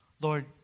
Lord